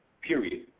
period